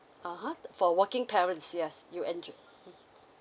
(uh huh) for working parents yes you enj~ mmhmm